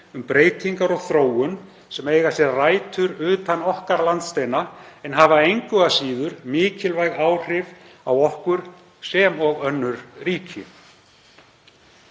um breytingar og þróun sem eiga sér rætur utan okkar landsteina en hafa engu að síður mikilvæg áhrif á okkur sem og önnur ríki.